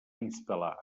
instal·lar